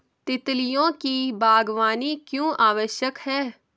तितलियों की बागवानी क्यों आवश्यक है?